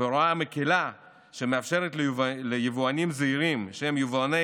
בהוראה מקילה שמאפשרת ליבואנים זעירים שהם יבואני